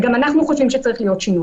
וגם אנחנו חושבים שצריך להיות שינוי.